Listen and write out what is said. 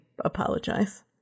apologize